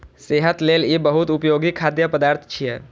सेहत लेल ई बहुत उपयोगी खाद्य पदार्थ छियै